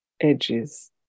edges